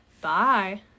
Bye